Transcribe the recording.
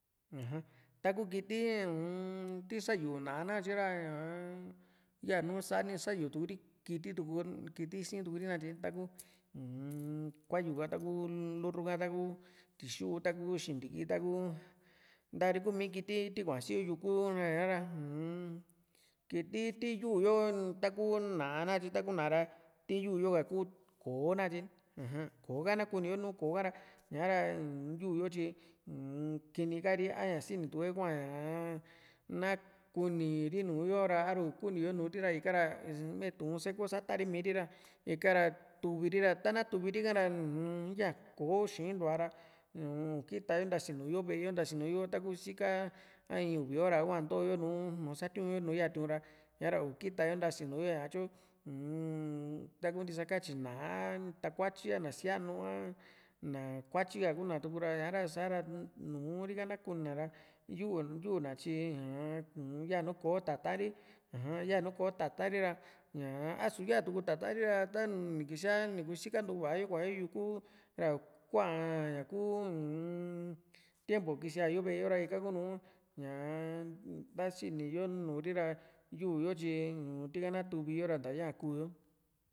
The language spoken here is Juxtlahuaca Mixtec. ja taku kiti uun ti sayu ná´a nakatye ra ñaa yanu sani sayutu ri kiti tuku kiti si´n turi nakatye taku uun kua´yu ka taku lurru ha taku tixu taku xintiki taku ntari kuu mi kiti ti kuase yuku ra ña´ra un kiti ti yuu´yo taku ná´a nakatye taku ná´a ra tii yu´yo ka kuu koo nakatye ni aja koo ka na kuni´u nùù koo ha´ra ha´ra yuu yo tyi uum kini kari a ñaa sinitu´e hua ñaa na kuniri nùù yora ha´ru kuniyo nùù ri ra miitu seko sa´ta ri mii ri ra ikara tuvi ri ra ta´na tuviri ka ra uun ya koo xiintua ra uun ni kita yo ntasinu yo ve´e yo ntasinu yo takuu si´ka a in uvi hora hua ntoyo nusatiu´n yo nùù ya tiu´n ra ni kita yo ntasinu yo ñatyo uun taku ntisakatyi ná´a a takuatyi a na sia´nu a ná kuatyi ka kuna tuku ra ña´ra sa´ra nùù ri ka na kunina ra yu yuu´na tyi ñaa uun yanu kò´o tata´n ri aja yanu kò´o tata´n ri ñaa a´su ya tuku tata´n ri ra a ta nikisia ni kusika ntuva´a yo kuayo yuku ra ikua´n ñaku uun tiempo kisia´yo ve´e yo ra ika kunu ñaa ta sini yo nùù ri ra yu´u yo tyi un tika na tuvi yo ra nta yaa kuu´yo